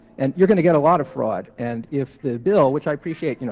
and you are going to get a lot of fraud. and if the bill, which i appreciate, you know